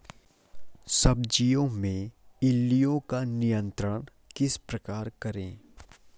सब्जियों में इल्लियो का नियंत्रण किस प्रकार करें?